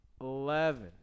eleven